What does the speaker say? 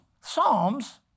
Psalms